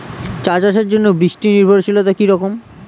চা চাষের জন্য বৃষ্টি নির্ভরশীলতা কী রকম?